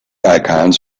icons